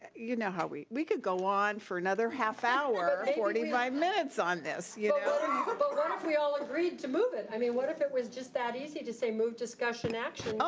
you know how we. we could go on for another half hour, forty five minutes on this, yeah but what if we all agreed to move it? i mean what if it was just that easy to say move discussion action?